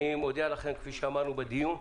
אני מודיע לכם, כפי שאמרנו בדיון,